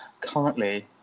Currently